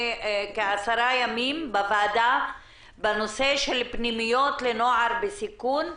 כעשרה ימים בנושא של פנימיות לנוער בסיכון.